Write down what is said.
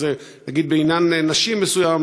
אז נגיד בעניין נשי מסוים,